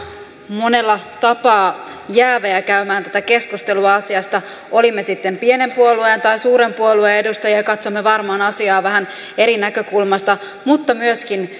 monella tapaa jäävi käymään tätä keskustelua asiasta olimme sitten pienen puolueen tai suuren puolueen edustajia katsomme varmaan asiaa vähän eri näkökulmasta mutta myöskin